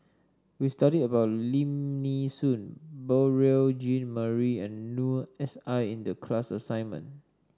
we studied about Lim Nee Soon Beurel Jean Marie and Noor S I in the class assignment